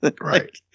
Right